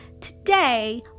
today